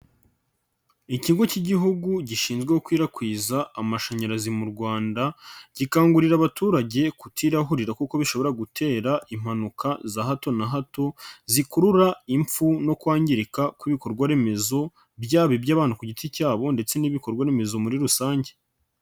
Ikigo cy'Igihugu gishinzwe gukwirakwiza amashanyarazi mu Rwanda, gikangurira abaturage kutirahurira kuko bishobora gutera impanuka za hato na hato, zikurura impfu no kwangirika kw'ibikorwa remezo byaba iby'abantu ku giti cyabo ndetse n'ibikorwaremezo muri rusange.